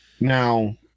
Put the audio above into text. Now